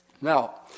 Now